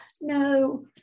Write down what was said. no